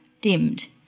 dimmed